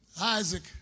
Isaac